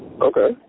Okay